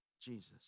Jesus